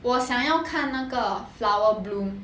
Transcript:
我想要看那个 flower bloom